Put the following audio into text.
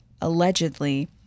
allegedly